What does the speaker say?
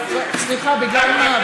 סליחה, בגלל מה?